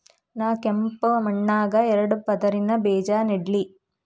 ನಾ ಕೆಂಪ್ ಮಣ್ಣಾಗ ಎರಡು ಪದರಿನ ಬೇಜಾ ನೆಡ್ಲಿ?